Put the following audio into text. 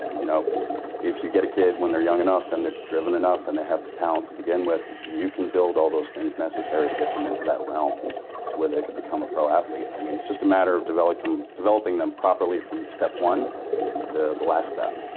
you know if you get a kid when they're young enough and they're driven enough, and they have the talent to begin with, you can build all those things necessary to get them into that realm to where they can become a pro athlete. i mean, it's just a matter of developing them developing them properly from step one to the last step.